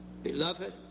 Beloved